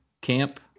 Camp